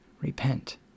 repent